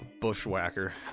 Bushwhacker